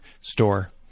store